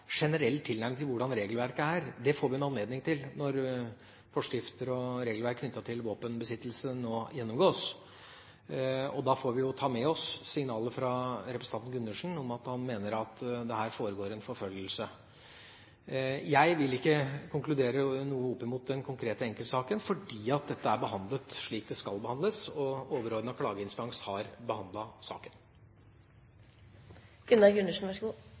generell tilnærming til hvordan regelverket er. Det får vi en anledning til når forskrifter og regelverk knyttet til våpenbesittelse nå gjennomgås. Og da får vi ta med oss signalet fra representanten Gundersen om at han mener at det her foregår en forfølgelse. Jeg vil ikke konkludere noe i den konkrete enkeltsaken. Dette er behandlet slik det skal behandles, og overordnet klageinstans har